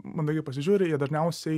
mandagiai pasižiūri jie dažniausiai